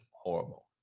horrible